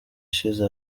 ishize